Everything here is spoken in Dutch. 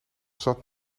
zat